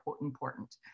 important